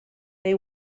they